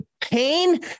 pain